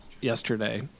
Yesterday